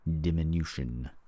diminution